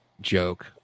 joke